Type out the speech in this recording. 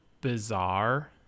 bizarre